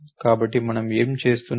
కాబట్టి మనం ఏమి చేస్తున్నాము